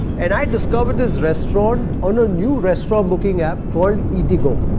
and i discovered this restaurant on a new restaurant booking app called eatigo.